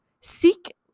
seek